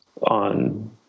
on